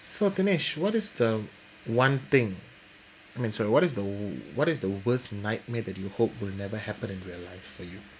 so Dinesh what is the one thing I mean sorry what is the what is the worst nightmare that you hope will never happen in real life for you